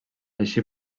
així